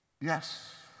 Yes